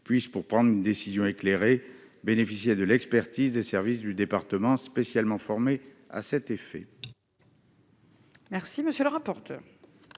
puisse, pour prendre une décision éclairée, bénéficier de l'expertise des services du département spécialement formés à cet effet.